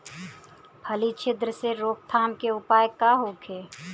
फली छिद्र से रोकथाम के उपाय का होखे?